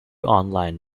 online